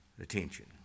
attention